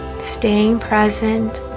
staying present